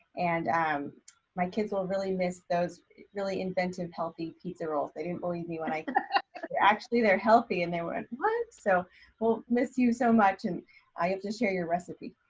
and um my kids will really miss those really inventive, healthy, pizza rolls. they didn't believe me when i actually they're healthy and they were what. so we'll miss you so much and i have to share your recipe.